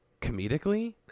comedically